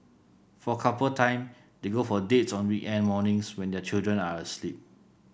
for couple time they go for dates on weekend mornings when their children are asleep